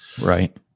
Right